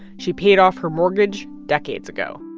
she paid off her mortgage decades ago.